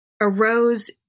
arose